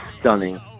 stunning